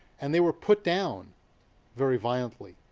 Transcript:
and they were put down very violently.